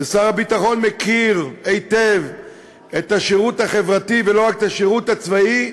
ושר הביטחון מכיר היטב את השירות החברתי ולא רק את השירות הצבאי,